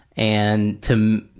and to,